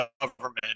government